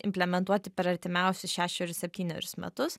implementuoti per artimiausius šešerius septynerius metus